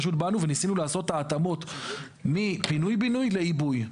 פשוט באנו וניסינו לעשות את ההתאמות מ פינוי-בינוי לעיבוי,